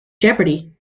jeopardy